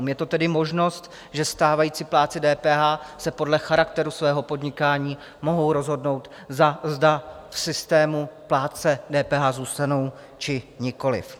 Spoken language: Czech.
Je to tedy možnost, že stávající plátci DPH se podle charakteru svého podnikání mohou rozhodnout, zda v systému plátce DPH zůstanou, či nikoliv.